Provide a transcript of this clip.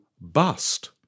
bust